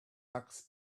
tux